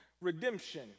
redemption